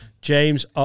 James